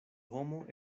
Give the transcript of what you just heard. homo